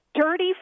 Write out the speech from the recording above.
dirty